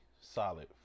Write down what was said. solid